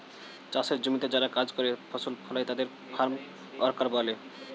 চাষের জমিতে যারা কাজ করে, ফসল ফলায় তাদের ফার্ম ওয়ার্কার বলে